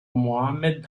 mohammed